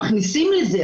מכניסים לזה,